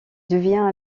devient